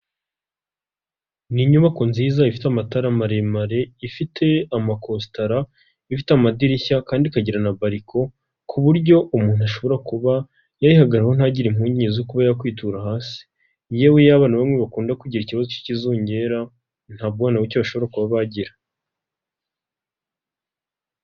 Ni inyubako nziza ifite amatara maremare, ifite amakositara, ifite amadirishya, kandi ikagira na bariko, ku buryo umuntu ashobora kuba yayihagararaho ntagire impungenge zo kuba yakwitura hasi, yewe yaba na bamwe bakunda kugira ikibazo k'ikizungera, nta bwoba na bucye bashobora kuba bagira.